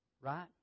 Right